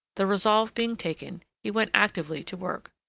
the resolve being taken, he went actively to work.